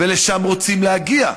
ולשם רוצים להגיע,